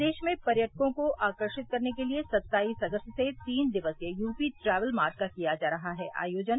प्रदेश में पर्यटकों को आकर्षित करने के लिए सत्ताईस अगस्त से तीन दिवसीय यूपी ट्रैवल मार्ट का किया जा रहा है आयेजन